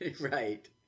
Right